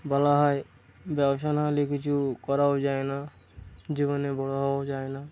বলা হয় ব্যবসা না হলে কিছু করাও যায় না জীবনে বড় হওয়াও যায় না